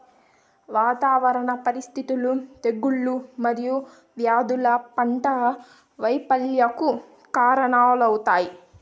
వాతావరణ పరిస్థితులు, తెగుళ్ళు మరియు వ్యాధులు పంట వైపల్యంకు కారణాలవుతాయి